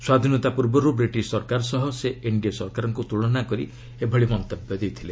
ସ୍ୱାଧୀନତା ପୂର୍ବରୁ ବ୍ରିଟିଶ୍ ସରକାର ସହ ସେ ଏନ୍ଡିଏ ସରକାରଙ୍କୁ ତୁଳନା କରି ଏହି ମନ୍ତବ୍ୟ ଦେଇଥିଲେ